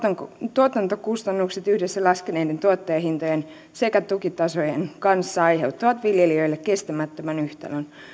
tuotantokustannukset yhdessä laskeneiden tuottajahintojen sekä tukitasojen kanssa aiheuttavat viljelijöille kestämättömän yhtälön